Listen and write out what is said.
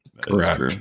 Correct